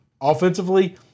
offensively